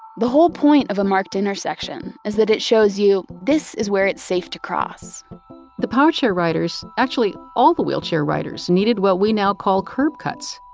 the whole point of a marked intersection is that it shows you this is where it's safe to cross the power chair riders actually, all the wheelchair riders needed what we now call curb cuts,